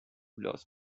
lost